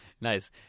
Nice